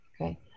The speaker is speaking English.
okay